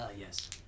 yes